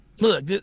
look